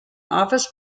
office